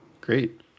Great